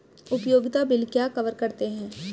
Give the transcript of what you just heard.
उपयोगिता बिल क्या कवर करते हैं?